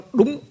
đúng